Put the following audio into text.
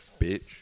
bitch